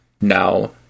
now